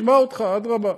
נשמע אותך, אדרבה,